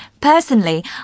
Personally